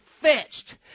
fetched